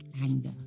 anger